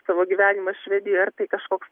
savo gyvenimą švedijoje ar tai kažkoks